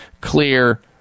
clear